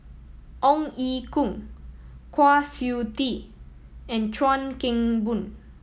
Ong Ye Kung Kwa Siew Tee and Chuan Keng Boon